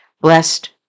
Blessed